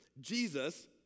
Jesus